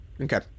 Okay